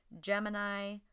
Gemini